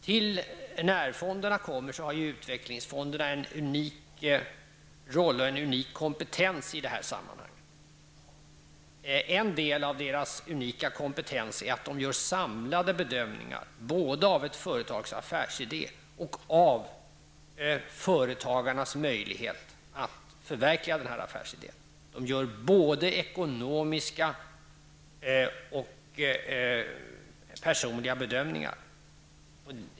Tills närfonderna kommer har utvecklingsfonderna en unik roll och en unik kompetens i detta sammanhanget. En del av deras unika kompetens är att de gör samlade bedömningar både av ett företags affärsidé och av företagarnas möjlighet att förverkliga denna affärsidé. De gör både ekonomiska och personliga bedömningar.